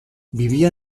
vivía